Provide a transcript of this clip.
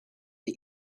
the